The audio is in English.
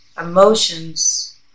emotions